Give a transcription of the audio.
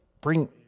bring